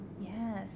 Yes